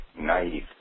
naive